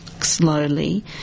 slowly